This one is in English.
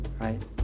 right